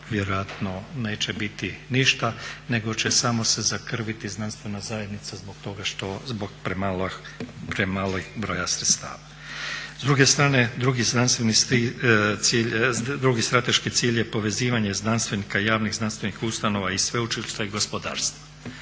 vjerojatno neće biti ništa, nego će samo se zakrviti znanstvena zajednica zbog toga što, zbog premalih broja sredstava. S druge strane drugi znanstveni cilj, drugi strateški cilj je povezivanje znanstvenika i javnih znanstvenih ustanova i sveučilišta i gospodarstva.